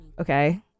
okay